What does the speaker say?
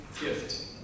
gift